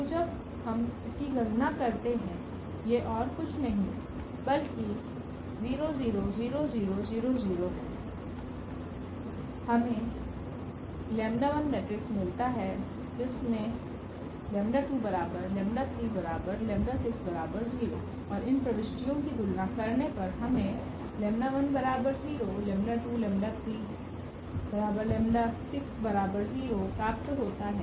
तोजब हम इसकी गणना करते है यह और कुछ नहीं बल्कि है हमें मैट्रिक्स मिलाता है जिसमें और इन प्रविष्टियों की तुलना करने पर हमें प्राप्त होता है